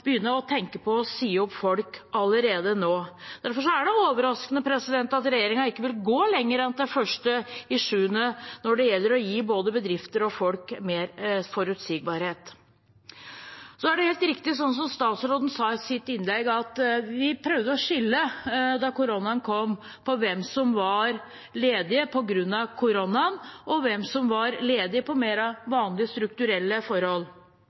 begynne å tenke på å si opp folk allerede nå. Derfor er det overraskende at regjeringen ikke vil gå lenger enn til 1. juli når det gjelder å gi både bedrifter og folk mer forutsigbarhet. Det er helt riktig som statsråden sa i sitt innlegg, at da koronaen kom, prøvde vi å skille mellom hvem som var ledig på grunn av koronaen, og hvem som var ledig på grunn av mer vanlige, strukturelle forhold.